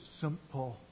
simple